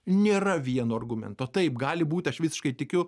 nėra vieno argumento taip gali būti aš visiškai tikiu